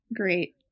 Great